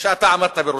שאתה עמדת בראשן.